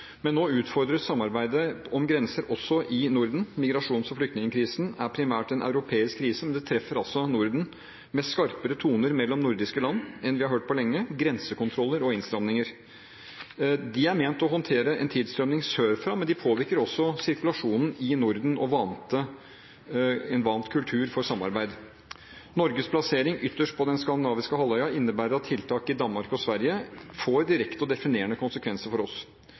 Men nå utfordres samarbeidet om grenser også i Norden. Migrasjons- og flyktningkrisen er primært en europeisk krise, men den treffer også Norden med en skarpere tone mellom nordiske land enn vi har hørt på lenge, grensekontroller og innstramninger. De er ment å håndtere en tilstrømning sørfra, men de påvirker også sirkulasjonen i Norden og en vant kultur for samarbeid. Norges plassering ytterst på den skandinaviske halvøya innebærer at tiltak i Danmark og Sverige får direkte og definerende konsekvenser for oss.